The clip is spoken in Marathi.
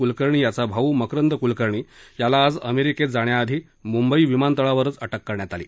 कलकर्णी याचा भाऊ मकरंद कलकर्णी याला आज अमेरिकेत जाण्याआधी मुंबई विमानतळावरच अटक करण्यात आली